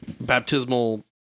baptismal